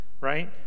right